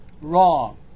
Wrong